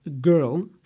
girl